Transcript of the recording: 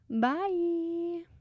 Bye